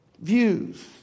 views